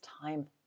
time